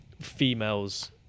females